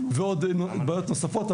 ובעיות נוספות.